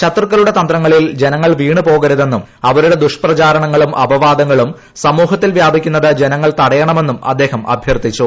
ശത്രുക്കളുടെ തന്ത്രങ്ങളിൽ ജനങ്ങൾ വീണുപോകരുതെന്നും അവരുടെ ദുഷ്പ്രചാരണങ്ങളും അപവാദങ്ങളും സമൂഹത്തിൽ വ്യാപിക്കുന്നത് ജനങ്ങൾ തടയണമെന്നും അദ്ദേഹം അഭ്യർത്ഥിച്ചു